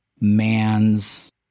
man's